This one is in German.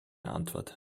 antwort